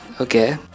Okay